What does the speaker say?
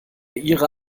ihre